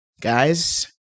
guys